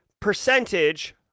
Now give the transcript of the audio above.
percentage